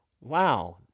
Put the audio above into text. Wow